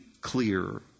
clear